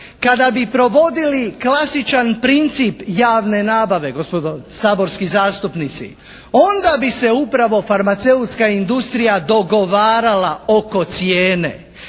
kada bi provodili klasičan princip javne nabave gospodo saborski zastupnici, onda bi se upravo farmaceutska industrija dogovarala oko cijene,